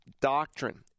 doctrine